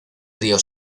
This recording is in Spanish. río